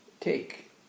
take